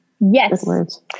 Yes